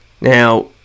Now